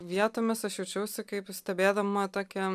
vietomis aš jaučiausi kaip stebėdama tokią